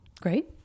Great